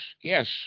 Yes